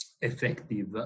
Effective